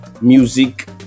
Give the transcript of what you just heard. music